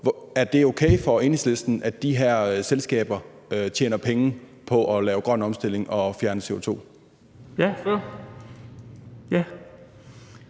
Er det okay for Enhedslisten, at de her selskaber tjener penge på at lave grøn omstilling og fjerne CO2? Kl.